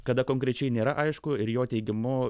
kada konkrečiai nėra aišku ir jo teigimu